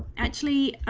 actually